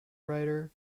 writer